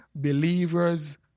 believer's